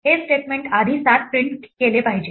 हे स्टेटमेंट आधी 7 प्रिंट केले पाहिजे